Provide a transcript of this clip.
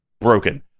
Broken